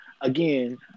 again